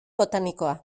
botanikoa